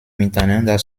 miteinander